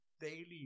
daily